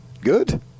Good